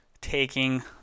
taking